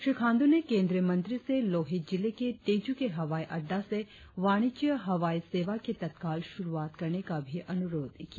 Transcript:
श्री खांडू ने केंद्रीय मंत्री से लोहित जिले के तेजू के हवाई अड्डा से वाणिज्य हवाई सेवा की तत्काल शुरुआत करने का भी अनुरोध किया